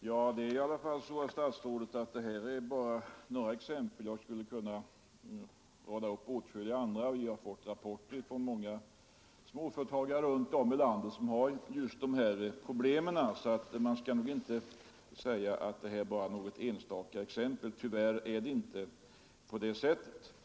Herr talman! Jag anförde bara några exempel; jag skulle kunna rada upp åtskilliga fler. Vi har fått rapporter från många småföretagare runt om i landet som har just dessa problem. Man kan inte säga att det bara är några enstaka fall. Tyvärr är det inte på det sättet.